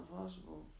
possible